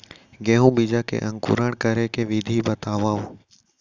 गेहूँ बीजा के अंकुरण करे के विधि बतावव?